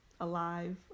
Alive